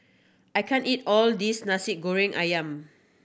I can't eat all this Nasi Goreng Ayam